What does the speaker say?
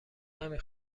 نمی